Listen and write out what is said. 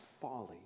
folly